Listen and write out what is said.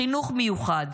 חינוך מיוחד,